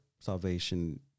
salvation